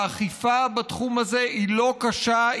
האכיפה בתחום הזה היא לא קשה,